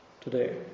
today